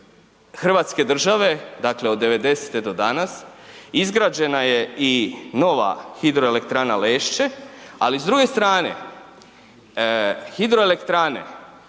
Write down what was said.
Hrvatske države, dakle od '90. do danas izgrađena je i nova Hidroelektrana Lešće, ali s druge strane hidroelektrane